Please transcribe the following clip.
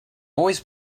boys